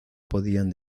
podían